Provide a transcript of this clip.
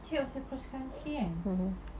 cakap pasal cross country kan